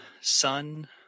sun